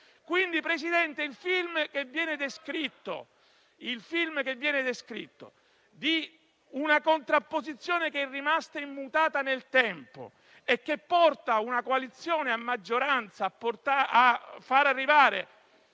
Quindi, Presidente, il film che viene descritto, che parla di una contrapposizione che è rimasta immutata nel tempo e che porta una coalizione a maggioranza a far arrivare